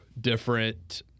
different